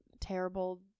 terrible